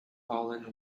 fallen